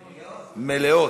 מלאות.